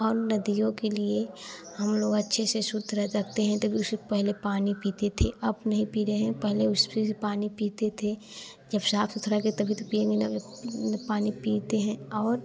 और नदियों के लिए हम लोग अच्छे से शुद्ध रह दकते हैं तभी उसे पहले पानी पीते थे अब नहीं पी रहे हैं पहले उसफे से पानी पीते थे जब साफ़ सुथरा गए तभी तो पीने लगे पानी पीते हैं और